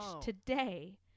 today